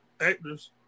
actors